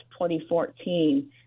2014